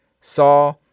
saw